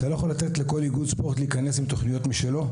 אתה לא יכול לכל איגוד ספורט להיכנס עם תוכניות משלו.